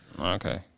Okay